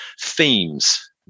themes